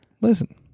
listen